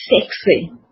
sexy